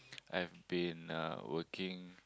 I've been uh working